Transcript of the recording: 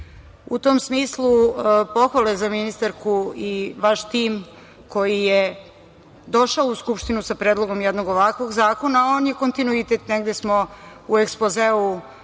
tom smislu, pohvale za ministarku i vaš tim koji je došao u Skupštinu sa predlogom jednog ovakvog zakona, a on je kontinuitet, negde smo u ekspozeu